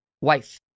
wife